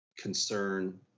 concern